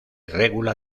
regula